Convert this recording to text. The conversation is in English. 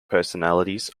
personalities